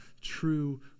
true